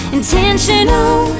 Intentional